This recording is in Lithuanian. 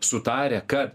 sutarę kad